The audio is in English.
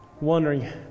wondering